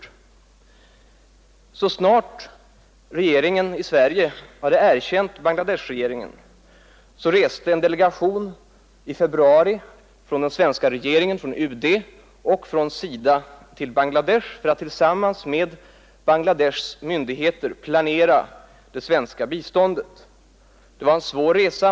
I februari, så snart regeringen i Sverige hade erkänt Bangladeshregeringen, reste en delegation från UD och SIDA till Bangladesh för att tillsammans med Bangladeshs myndigheter planera det svenska biståndet.